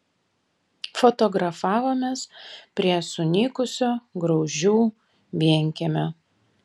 fotografavomės prie sunykusio graužių vienkiemio